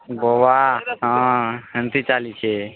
ବବା ହଁ ହେମିତି ଚାଲିଛି